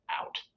out